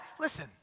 Listen